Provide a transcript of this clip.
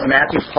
Matthew